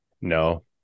no